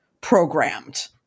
programmed